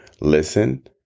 listen